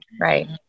right